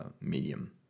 medium